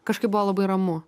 kažkaip buvo labai ramu